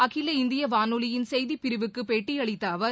அகில இந்திய வானொலியின் செய்திப் பிரிவுக்கு பேட்டியளித்த அவர்